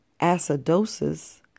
acidosis